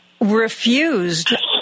refused